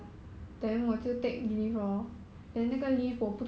I think belong to relative